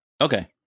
Okay